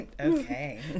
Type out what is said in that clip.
okay